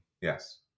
Yes